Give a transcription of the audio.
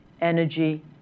Energy